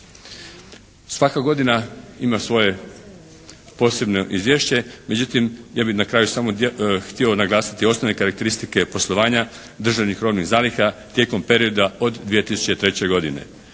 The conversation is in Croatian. Svaka godina ima svoje posebno izvješće, međutim ja bih na kraju samo htio naglasiti osnovne karakteristike poslovanja državnih robnih zaliha tijekom perioda od 2003. godine.